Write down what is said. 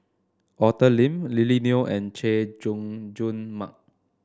Arthur Lim Lily Neo and Chay Jung Jun Mark